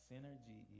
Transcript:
Synergy